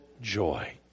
joy